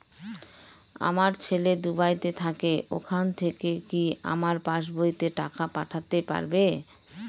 আমার ছেলে দুবাইতে থাকে ওখান থেকে কি আমার পাসবইতে টাকা পাঠাতে পারবে?